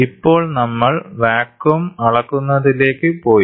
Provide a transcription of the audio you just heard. ഇപ്പോൾ നമ്മൾ വാക്വം അളക്കുന്നതിലേക്ക് പോയി